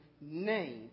name